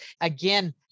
Again